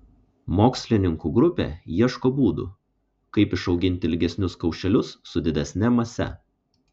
mokslininkų grupė ieško būdų kaip išauginti ilgesnius kaušelius su didesne mase